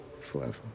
forever